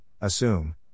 assume